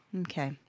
Okay